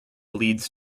leads